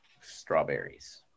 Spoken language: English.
strawberries